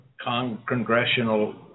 congressional